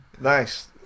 nice